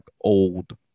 old